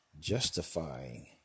justifying